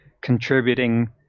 contributing